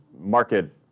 market